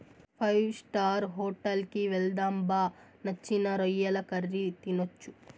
five star hotel కి వెళ్దాం బా నచ్చిన రొయ్యల కర్రీ తినొచ్చు